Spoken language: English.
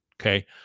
okay